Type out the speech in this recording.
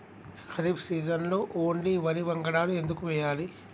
ఖరీఫ్ సీజన్లో ఓన్లీ వరి వంగడాలు ఎందుకు వేయాలి?